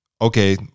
Okay